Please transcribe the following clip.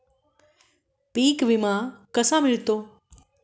पीक विमा कसा भेटतो?